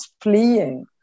fleeing